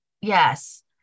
Yes